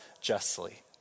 justly